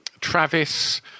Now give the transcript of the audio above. Travis